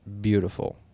beautiful